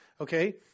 Okay